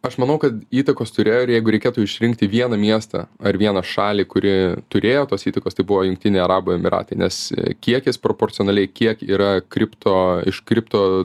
aš manau kad įtakos turėjo ir jeigu reikėtų išrinkti vieną miestą ar vieną šalį kuri turėjo tos įtakos tai buvo jungtiniai arabų emyratai nes kiekis proporcionaliai kiek yra kripto iš kripto